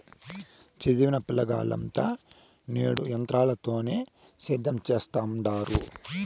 సదివిన పిలగాల్లంతా నేడు ఎంత్రాలతోనే సేద్యం సెత్తండారు